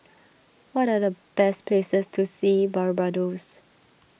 what are the best places to see Barbados